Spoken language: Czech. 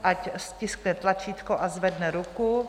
Ať stiskne tlačítko a zvedne ruku.